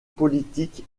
politique